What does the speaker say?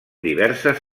diverses